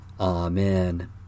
Amen